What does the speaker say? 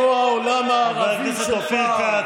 חבר הכנסת יוראי להב הרצנו.